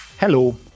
Hello